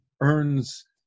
earns